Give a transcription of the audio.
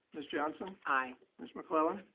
ms. johnson. aye. ms. mcclellan.